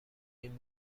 این